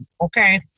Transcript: Okay